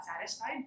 satisfied